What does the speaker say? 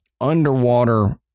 underwater